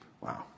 Wow